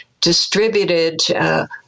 distributed